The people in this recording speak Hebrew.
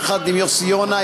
יחד עם יוסי יונה,